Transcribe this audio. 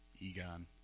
Egon